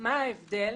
מה ההבדל